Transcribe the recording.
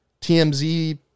TMZ